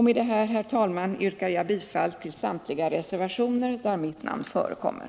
Med detta, herr talman, yrkar jag bifall till samtliga reservationer där mitt namn förekommer.